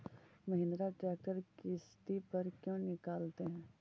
Mahindra tractor किसति पर क्यों निकालते हैं?